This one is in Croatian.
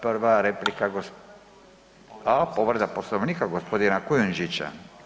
Prva replika, a povreda Poslovnika gospodina Kujundžića.